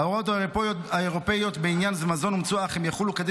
ההוראות האירופאיות בעניין מזון אומצו אך הם יחולו כדין